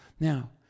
Now